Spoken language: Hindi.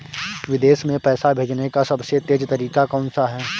विदेश में पैसा भेजने का सबसे तेज़ तरीका कौनसा है?